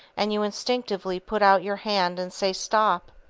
and you instinctively put out your hand and say stop!